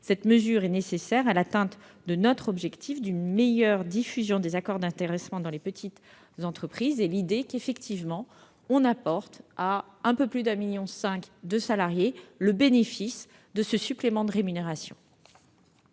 Cette mesure est nécessaire à l'atteinte de notre objectif d'une meilleure diffusion des accords d'intéressement dans les petites entreprises, dans l'idée d'apporter à un peu plus de 1,5 million de salariés le bénéfice de ce supplément de rémunération.